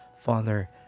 Father